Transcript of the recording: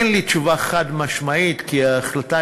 אין לי תשובה חד-משמעית, כי ההחלטה